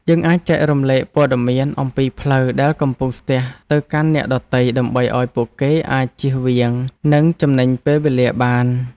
យើងអាចចែករំលែកព័ត៌មានអំពីផ្លូវដែលកំពុងស្ទះទៅកាន់អ្នកដទៃដើម្បីឱ្យពួកគេអាចជៀសវាងនិងចំណេញពេលវេលាបាន។